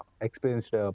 experienced